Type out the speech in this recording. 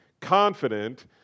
confident